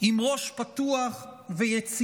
עם ראש פתוח ויצירתי,